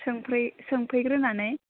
सोंफै सोंफैग्रोनानै